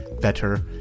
better